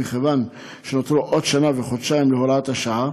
ומכיוון שנותרו עוד שנה וחודשיים להוראת השעה,